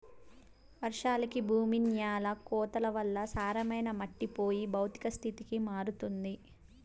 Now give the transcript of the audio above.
వర్షాలకి భూమి న్యాల కోతల వల్ల సారమైన మట్టి పోయి భౌతిక స్థితికి మారుతుంది